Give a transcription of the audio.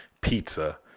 pizza